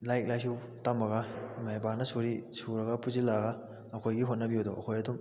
ꯂꯥꯏꯔꯤꯛ ꯂꯥꯏꯁꯨ ꯇꯝꯃꯒ ꯏꯃꯥ ꯏꯄꯥꯅ ꯁꯨꯔꯒ ꯄꯨꯁꯤꯜꯂꯛꯑꯒ ꯑꯩꯈꯣꯏꯒꯤ ꯍꯣꯠꯅꯕꯤꯕꯗꯣ ꯑꯩꯈꯣꯏ ꯑꯗꯨꯝ